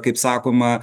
kaip sakoma